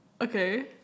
Okay